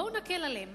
בואו נקל עליהם.